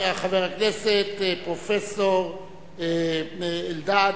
חבר הכנסת פרופסור אלדד,